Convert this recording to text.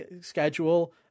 schedule